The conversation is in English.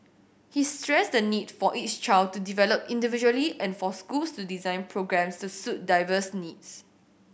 he stressed the need for each child to develop individually and for schools to design programmes to suit diverse needs